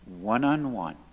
one-on-one